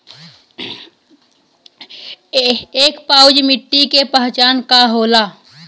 एक उपजाऊ मिट्टी के पहचान का होला?